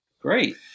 Great